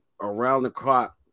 around-the-clock